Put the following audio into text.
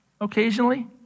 occasionally